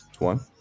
one